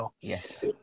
Yes